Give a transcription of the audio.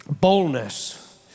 boldness